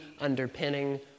underpinning